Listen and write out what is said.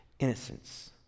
innocence